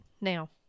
Now